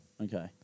Okay